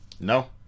No